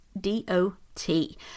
D-O-T